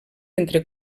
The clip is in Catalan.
entre